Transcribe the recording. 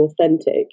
authentic